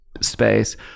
space